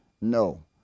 No